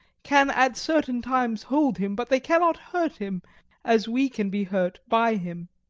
can at certain times hold him but they cannot hurt him as we can be hurt by him.